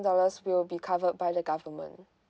dollars will be covered by the government